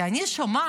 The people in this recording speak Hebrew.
כי אני שומעת